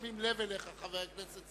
להביא לי את התוצאות.